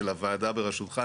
של הוועדה בראשותך.